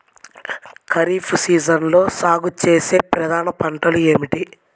ఖరీఫ్ సీజన్లో సాగుచేసే ప్రధాన పంటలు ఏమిటీ?